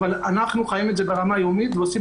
אבל אנחנו חיים את זה ברמה היומית ועושים